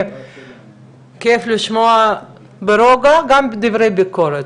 כיף לשמוע ברוגע גם דברי ביקורת.